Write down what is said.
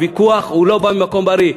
הוויכוח לא בא ממקום בריא,